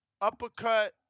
uppercut